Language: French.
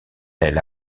elle